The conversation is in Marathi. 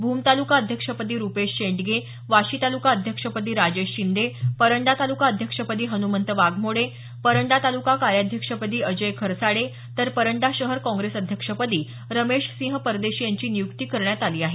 भूम तालुका अध्यक्षपदी रुपेश शेंडगे वाशी तालुका अध्यक्षपदी राजेश शिंदे परंडा तालुका अध्यक्षपदी हनुमंत वाघमोडे परंडा तालुका कार्याध्यक्षपदी अजय खरसाडे तर परंडा शहर काँप्रेस अध्यक्षपदी रमेश सिंह परदेशी यांची निय्क्ती करण्यात आली आहे